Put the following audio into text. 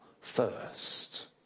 first